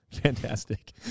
Fantastic